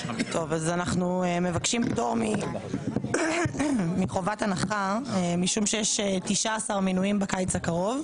אנחנו מבקשים פטור מחובת הנחה משום שיש 19 מינויים בקיץ הקרוב,